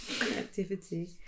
activity